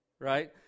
Right